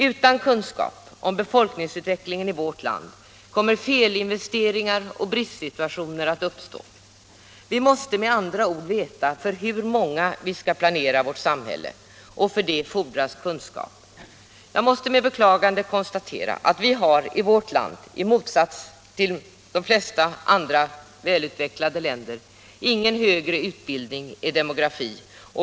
Utan kunskap om befolkningsutvecklingen i vårt land kommer felinvesteringar och bristsituationer att uppstå. Vi måste med andra ord veta för hur många vi skall planera vårt samhälle, och för det fordras kunskap. Jag måste med beklagande konstatera att vi i vårt land, i motsats till de flesta andra välutvecklade länder, inte har någon högre utbildning i demografi.